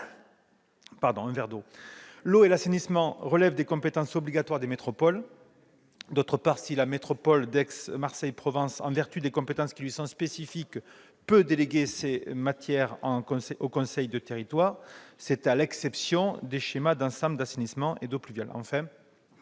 l'eau et l'assainissement relèvent des compétences obligatoires des métropoles et, d'autre part, si la métropole d'Aix-Marseille Provence, en vertu des compétences qui lui sont spécifiques, peut déléguer ces matières aux conseils de territoire, c'est à l'exception des schémas d'ensemble d'assainissement et d'eau pluviale.